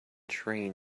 train